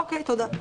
אוקיי, תודה.